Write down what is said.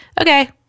okay